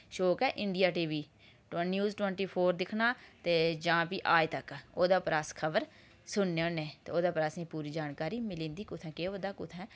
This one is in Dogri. शौक ऐ India TV news twenty four दिक्खना ते जां फ्ही आज तक ओह्दे पर अस खबर सुनने होन्ने ते ओह्दे पर असें पूरी जानकारी मिली जंदी कुत्थै केह् होआ दा कुत्थै